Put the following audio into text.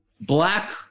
black